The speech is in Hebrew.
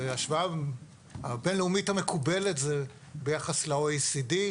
ההשוואה הבין-לאומית המקובלת זה ביחס ל-OECD.